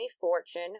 fortune